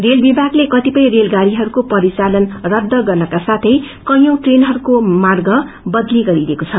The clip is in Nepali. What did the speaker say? रेल विमागले कतिपय रेल गाउँदेहरूको परिचालन रद्ध गर्नका साथै कैंयौ ट्रेनहरूको मार्गलाई कदली गरिएको छ